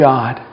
God